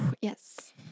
Yes